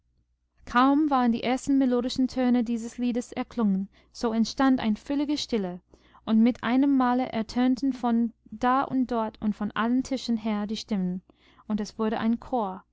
kaum waren die ersten melodischen töne dieses liedes erklungen so entstand eine völlige stille und mit einem male ertönten von da und dort und von allen tischen her die stimmen und es wurde ein chor